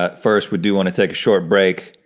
ah first, we do want to take a short break,